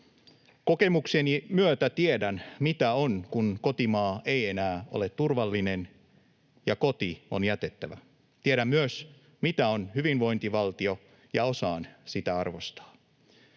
Kokemukseni myötä tiedän, mitä on, kun kotimaa ei enää ole turvallinen ja koti on jätettävä. Tiedän myös, mitä on hyvinvointivaltio, ja osaan sitä arvostaa.